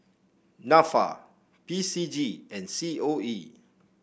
NAFA P C G and C O E